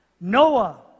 Noah